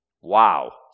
Wow